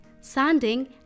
sanding